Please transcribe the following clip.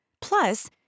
Plus